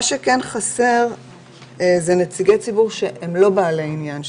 מה שחסר אלה נציגי ציבור שהם לא בעלי עניין.